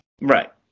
Right